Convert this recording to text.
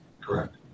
correct